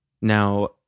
Now